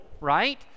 right